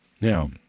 Now